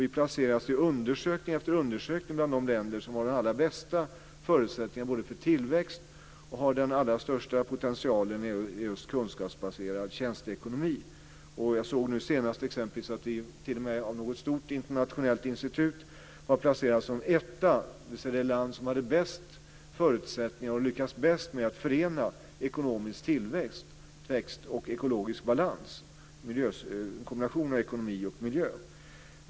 Vi placeras i undersökning efter undersökning bland de länder som har både de allra bästa förutsättningarna för tillväxt och den bästa potentialen när det gäller en kunskapsbaserad tjänsteekonomi. Jag såg exempelvis senast att vi t.o.m. av ett stort internationellt institut har placerats som det land som har lyckats bäst med att förena ekonomisk tillväxt och ekologisk balans, dvs. en kombination av ekonomi och miljö.